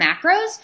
macros